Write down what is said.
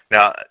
Now